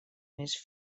més